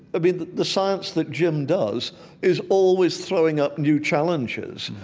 i mean, the science that jim does is always throwing up new challenges,